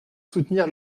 soutenir